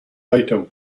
item